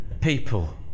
people